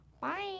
Bye